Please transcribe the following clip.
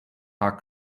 are